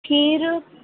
खीरु